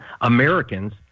Americans